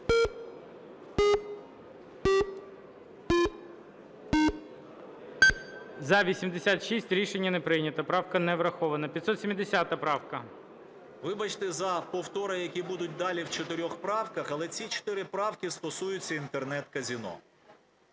За-86 Рішення не прийнято, правка не врахована. 570 правка. 14:06:31 СОБОЛЄВ С.В. Вибачте за повтори, які будуть далі в чотирьох правках, але ці чотири правки стосуються Інтернет-казино.